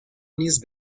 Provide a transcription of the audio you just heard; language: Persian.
نیز